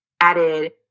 added